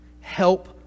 Help